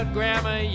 Grandma